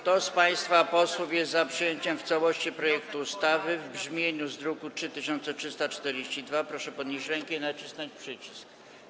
Kto z państwa posłów jest za przyjęciem w całości projektu ustawy w brzmieniu z druku nr 3342, proszę podnieść rękę i nacisnąć przycisk.